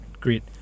great